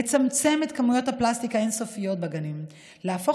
לצמצם את כמויות הפלסטיק האין-סופיות בגנים ולהפוך